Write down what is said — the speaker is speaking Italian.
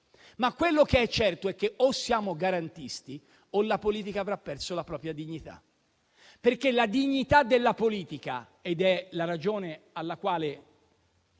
Ma quello che è certo è che o siamo garantisti o la politica avrà perso la propria dignità, perché la dignità della politica - ed è la ragione con la quale